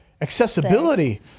Accessibility